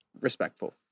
respectful